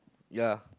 ya